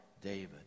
David